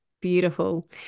Beautiful